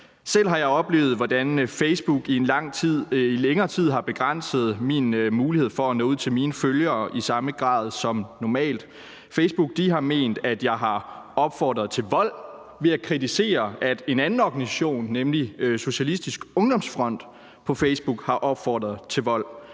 Selv har jeg oplevet, hvordan Facebook i længere tid har begrænset min mulighed for at nå ud til mine følgere i samme grad som normalt. Facebook har ment, at jeg har opfordret til vold ved at kritisere, at en anden organisation, nemlig Socialistisk Ungdomsfront, på Facebook har opfordret til vold.